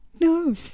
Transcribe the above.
No